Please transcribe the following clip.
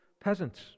peasants